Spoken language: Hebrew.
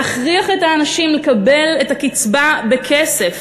להכריח את האנשים לקבל את הקצבה בכסף